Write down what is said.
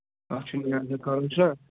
اَٹھ چھُنہٕ